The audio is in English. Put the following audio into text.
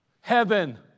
heaven